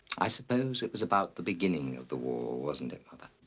i suppose it was about the beginning of the war wasn't it mother?